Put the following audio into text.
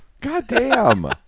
Goddamn